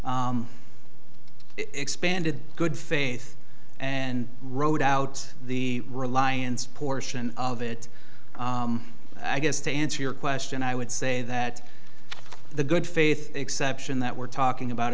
expanded expanded good faith and rode out the reliance portion of it i guess to answer your question i would say that the good faith exception that we're talking about